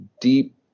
deep